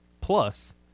plus